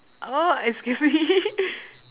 oh excuse me